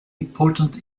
important